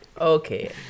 okay